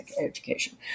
education